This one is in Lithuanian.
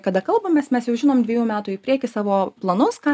kada kalbamės mes jau žinom dvejų metų į priekį savo planus ką